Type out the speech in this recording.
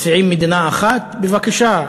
מציעים מדינה אחת, בבקשה.